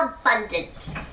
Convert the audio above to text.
abundant